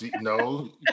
no